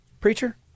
preacher